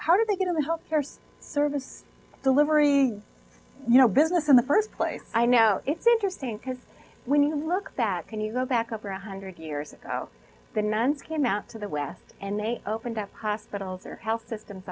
how did they get in the health care service delivery you know business in the first place i know it's interesting because when you look that can you go back over one hundred years ago the men came out to the west and they opened up hospitals or health systems